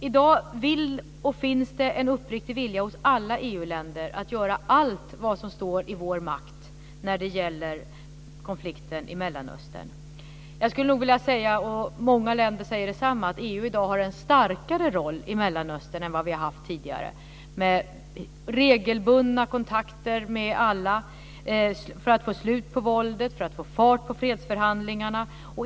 I dag finns det en uppriktig vilja hos alla EU länder att göra allt som står i vår makt när det gäller konflikten i Mellanöstern. EU har i dag en starkare roll i Mellanöstern än vad vi tidigare har haft. Vi har regelbundna kontakter med alla för att få slut på våldet och för att få fart på fredsförhandlingarna.